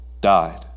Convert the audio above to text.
died